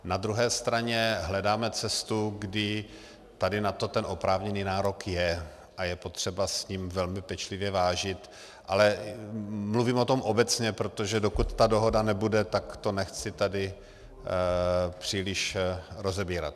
Na druhé straně hledáme cestu, kdy tady na to ten oprávněný nárok je a je potřeba s ním velmi pečlivě vážit, ale mluvím o tom obecně, protože dokud ta dohoda nebude, tak to nechci tady příliš rozebírat.